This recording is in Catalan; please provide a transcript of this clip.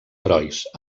herois